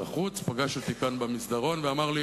גרינספן בא לסנאט האמריקני ואמר: